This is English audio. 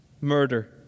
murder